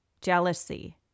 jealousy